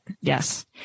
Yes